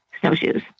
snowshoes